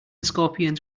scorpions